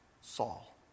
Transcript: Saul